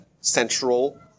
central